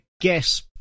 guess